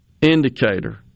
indicator